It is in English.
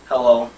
Hello